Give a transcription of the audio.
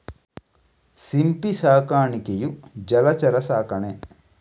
ಸಿಂಪಿ ಸಾಕಾಣಿಕೆಯು ಜಲಚರ ಸಾಕಣೆ